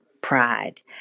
pride